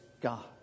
God